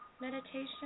meditation